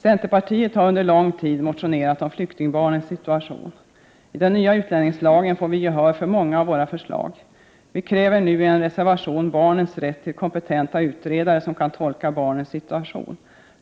Centerpartiet har under lång tid motionerat om flyktingbarnens situation. I den nya utlänningslagen får vi gehör för många av våra förslag. Vi kräver nu 29 i en reservation barnens rätt till kompetenta utredare, som kan tolka barnens situation.